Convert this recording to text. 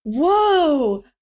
Whoa